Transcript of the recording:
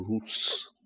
roots